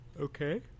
Okay